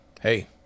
Hey